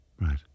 Right